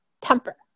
temper